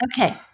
Okay